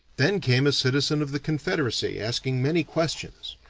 then came a citizen of the confederacy asking many questions,